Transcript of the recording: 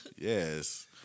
Yes